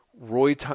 Roy